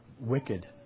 wicked